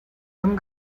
amb